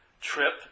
trip